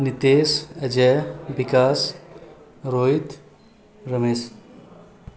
Nitish Ajay Vikas Rohit Ramesh